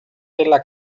della